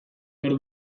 behar